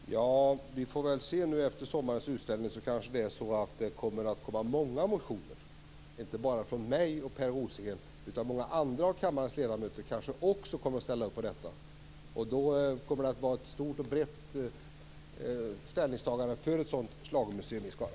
Herr talman! Vi får väl se. Efter sommarens utställning kanske det kommer att komma många motioner - inte bara från mig och Per Rosengren. Många andra av kammarens ledamöter kanske också kommer att ställa upp på detta. Då kommer det att bli ett brett ställningstagande för ett schlagermuseum i Skara.